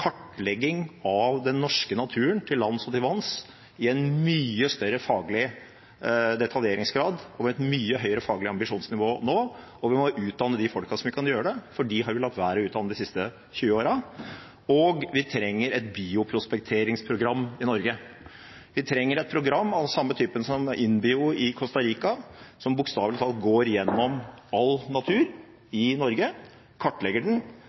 kartlegging av den norske naturen, til lands og til vanns, i en mye større faglig detaljeringsgrad om et mye høyere faglig ambisjonsnivå nå, og vi må utdanne de folka som kan gjøre det, for de har vi latt være å utdanne de siste 20 åra. Og vi trenger et bioprospekteringsprogram i Norge. Vi trenger et program av samme typen som INBio i Costa Rica, som bokstavelig talt går gjennom all natur i Norge, kartlegger den